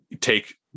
take